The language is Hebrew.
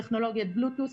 עם טכנולוגיית בלוטות',